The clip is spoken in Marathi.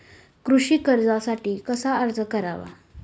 कृषी कर्जासाठी अर्ज कसा करावा?